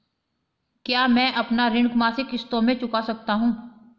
क्या मैं अपना ऋण मासिक किश्तों में चुका सकता हूँ?